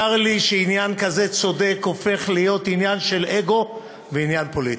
צר לי שעניין כזה צודק הופך להיות עניין של אגו ועניין פוליטי.